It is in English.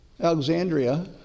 Alexandria